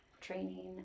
training